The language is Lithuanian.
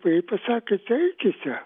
jai pasakė tai eikite